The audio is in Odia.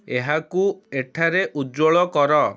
ଏହାକୁ ଏଠାରେ ଉଜ୍ଜ୍ୱଳ କର